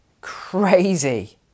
Crazy